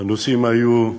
הנושאים היו: